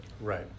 Right